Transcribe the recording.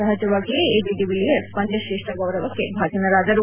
ಸಹಜವಾಗಿಯೇ AB de Villiers ಪಂದ್ಯ ಶ್ರೇಷ್ಠ ಗೌರವಕ್ಕೆ ಭಾಜನರಾದರು